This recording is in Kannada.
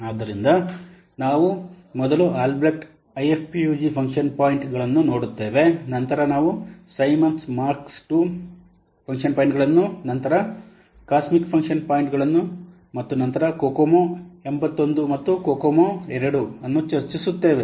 ಆದ್ದರಿಂದ ಮೊದಲು ನಾವು ಆಲ್ಬ್ರೆಕ್ಟ್ ಐಎಫ್ಪಿಯುಜಿ ಫಂಕ್ಷನ್ ಪಾಯಿಂಟ್ಗಳನ್ನು ನೋಡುತ್ತೇವೆ ನಂತರ ನಾವು ಸೈಮನ್ಸ್ ಮಾರ್ಕ್ II ಫಂಕ್ಷನ್ ಪಾಯಿಂಟ್ಗಳನ್ನು ನಂತರ ಕಾಸ್ಮಿಕ್ ಫಂಕ್ಷನ್ ಪಾಯಿಂಟ್ಗಳನ್ನು ಮತ್ತು ನಂತರ ಕೊಕೊಮೊ 81 ಮತ್ತು ಕೊಕೊಮೊ II ಅನ್ನು ಚರ್ಚಿಸುತ್ತೇವೆ